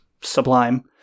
sublime